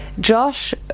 Josh